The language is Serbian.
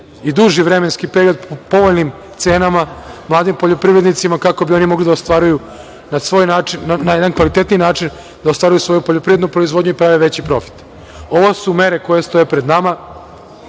i duži vremenski period po povoljnim cenama mladim poljoprivrednicima kako bi oni mogli da ostvaruju na jedan kvalitetniji način, da ostvaruju svoju poljoprivrednu proizvodnju i prave veći profit. Ovo su mere koje stoje pred nama.